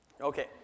Okay